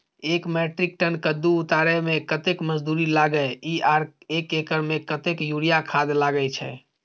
एक metric ton कद्दू उतारे में कतेक मजदूरी लागे इ आर एक एकर में कतेक यूरिया खाद लागे छै?